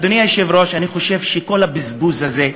אדוני היושב-ראש, אני חושב שכל הבזבוז הזה,